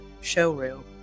showroom